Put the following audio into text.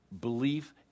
belief